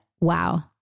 wow